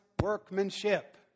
workmanship